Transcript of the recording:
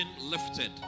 lifted